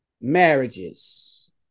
marriages